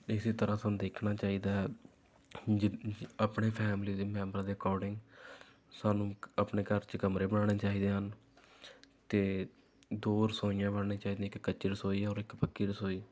ਇਸ ਤਰ੍ਹਾਂ ਸਾਨੂੰ ਦੇਖਣਾ ਚਾਹੀਦਾ ਹੈ ਆਪਣੇ ਫੈਮਲੀ ਦੇ ਮੈਂਬਰਾਂ ਦੇ ਐਕੋਰਡਿੰਗ ਸਾਨੂੰ ਆਪਣੇ ਘਰ 'ਚ ਕਮਰੇ ਬਣਾਉਣੇ ਚਾਹੀਦੇ ਹਨ ਅਤੇ ਦੋ ਰਸੋਈਆਂ ਬਣਨੀਆਂ ਚਾਹੀਦੀਆਂ ਇੱਕ ਕੱਚੀ ਰਸੋਈ ਔਰ ਇੱਕ ਪੱਕੀ ਰਸੋਈ